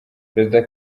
perezida